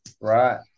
Right